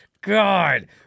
God